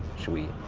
should we,